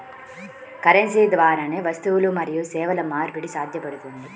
currency ద్వారానే వస్తువులు మరియు సేవల మార్పిడి సాధ్యపడుతుంది